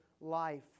life